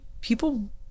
people